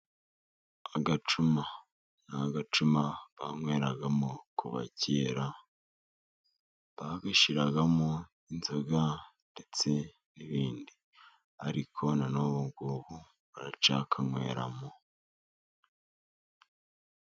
Agacuma, ni agacuma banyweragamo. Kuva kera babishyiragamo inzoga ndetse n'ibindi, ariko na n'ubu ngubu baracyakanyweramo.